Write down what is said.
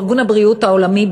ארגון הבריאות העולמי,